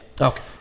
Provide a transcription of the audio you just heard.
Okay